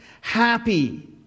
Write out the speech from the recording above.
Happy